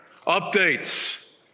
Updates